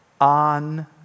on